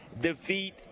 defeat